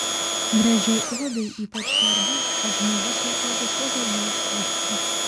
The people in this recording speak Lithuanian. gražiai odai ypač svarbu kad žmogus vartotų kuo daugiau skysčių